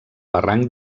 barranc